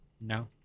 No